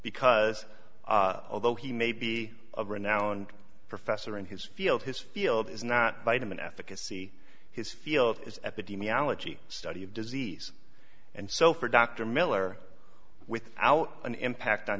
because although he may be a renowned professor in his field his field is not vitamin efficacy his field is epidemiology study of disease and so for dr miller without an impact on